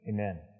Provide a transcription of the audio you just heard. Amen